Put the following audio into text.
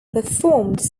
performed